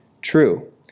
true